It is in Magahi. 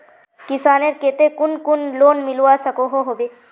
किसानेर केते कुन कुन लोन मिलवा सकोहो होबे?